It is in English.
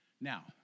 Now